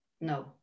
No